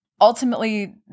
ultimately